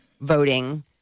voting